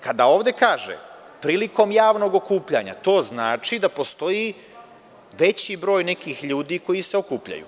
Kada ovde kaže – prilikom javnog okupljanja, to znači da postoji veći broj nekih ljudi koji se okupljaju.